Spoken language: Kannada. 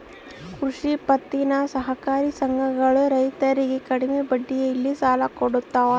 ಕೃಷಿ ಪತ್ತಿನ ಸಹಕಾರಿ ಸಂಘಗಳು ರೈತರಿಗೆ ಕಡಿಮೆ ಬಡ್ಡಿಯಲ್ಲಿ ಸಾಲ ಕೊಡ್ತಾವ